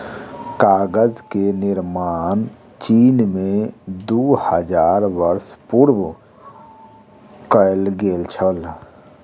कागज के निर्माण चीन में दू हजार वर्ष पूर्व कएल गेल छल